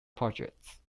projects